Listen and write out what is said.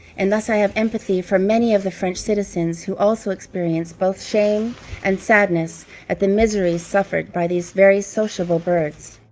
and thus i have empathy for many of the french citizens, who also experience both shame and sadness at the miseries suffered by these very sociable birds.